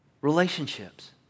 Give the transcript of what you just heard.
relationships